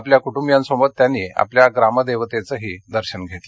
आपल्या कुटंबियांसमवेत त्यांनी आपल्या ग्रामदेवतेचंही दर्शन घेतलं